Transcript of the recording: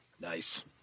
Nice